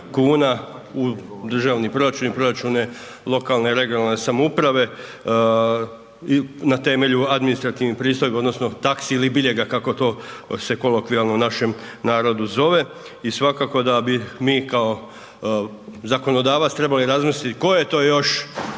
kuna u državni proračun i proračune lokalne i regionalne samouprave i na temelju administrativnih pristojba, odnosno taksi ili biljega, kako to se kolokvijalno u našem narodu zove. I svakako da bi mi kao zakonodavac trebali razmisliti koje to još